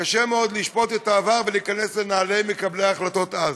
קשה מאוד לשפוט את העבר ולהיכנס לנעלי מקבלי ההחלטות אז.